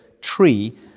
tree